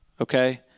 okay